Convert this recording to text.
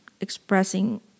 expressing